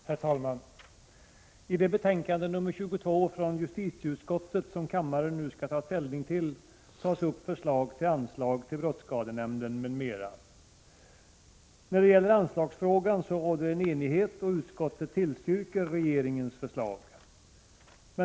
Herr talman! I det betänkande 22 från justitieutskottet som kammaren nu skall ta ställning till tas upp förslag till anslag till brottsskadenämnden m.m. I anslagsfrågan råder enighet, och utskottet tillstyrker regeringens förslag.